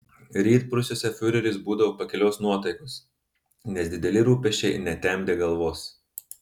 rytprūsiuose fiureris būdavo pakilios nuotaikos nes dideli rūpesčiai netemdė galvos